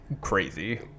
crazy